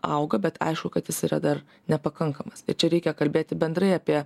auga bet aišku kad jis yra dar nepakankamas ir čia reikia kalbėti bendrai apie